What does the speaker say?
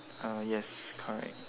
uh yes correct